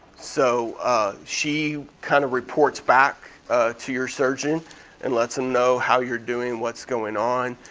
so she kind of reports back to your surgeon and lets him know how you're doing, what's going on.